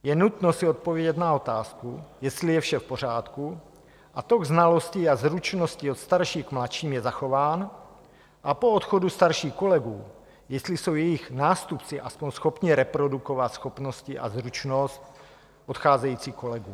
Je nutno si odpovědět na otázku, jestli je vše v pořádku a tok znalostí a zručností od starších k mladším je zachován a po odchodu starších kolegů jestli jsou jejich nástupci aspoň schopni reprodukovat schopnosti a zručnost odcházejících kolegů.